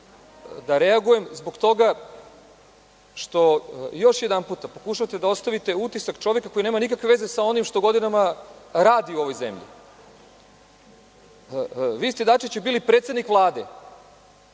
da reagujem zbog toga što još pokušavate da ostavite utisak čoveka koji nema nikakve veze sa onim što godinama radi u ovoj zemlji. Vi ste, Dačiću, bili predsednik Vlade